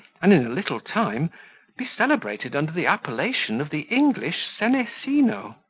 and in a little time be celebrated under the appellation of the english senesino.